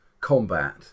combat